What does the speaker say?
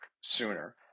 sooner